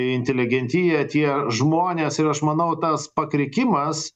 inteligentija tie žmonės ir aš manau tas pakrikimas